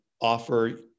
offer